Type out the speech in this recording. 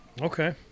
Okay